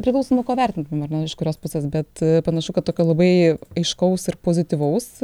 priklauso nuo ko vertinti ar ne iš kurios pusės bet panašu kad tokio labai aiškaus ir pozityvaus